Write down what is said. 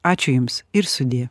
ačiū jums ir sudie